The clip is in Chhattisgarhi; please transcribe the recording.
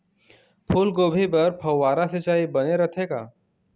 फूलगोभी बर फव्वारा सिचाई बने रथे का?